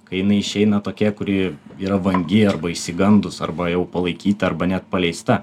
kai jinai išeina tokia kuri yra vangi arba išsigandus arba jau palaikyta arba net paleista